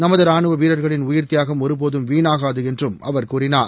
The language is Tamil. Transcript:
நமது ராணுவ வீரர்களின் உயிர்த்தியாகம் ஒருபோதும் வீணாகாது என்றும் அவர் கூறினார்